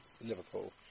Liverpool